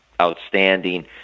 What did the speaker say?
outstanding